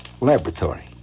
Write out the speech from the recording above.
laboratory